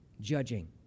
judging